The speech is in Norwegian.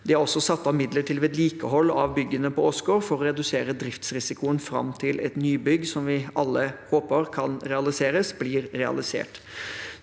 De har også satt av midler til vedlikehold av byggene på Åsgård for å redusere driftsrisikoen fram til et nybygg, som vi alle håper kan realiseres, blir realisert.